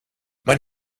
mein